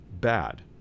bad